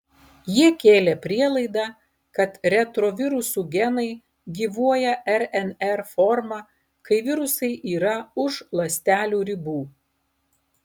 jie kėlė prielaidą kad retrovirusų genai gyvuoja rnr forma kai virusai yra už ląstelių ribų